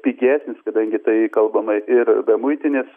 pigesnis kadangi tai kalbama ir be muitinės